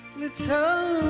little